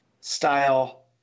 style